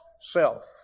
self